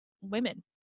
women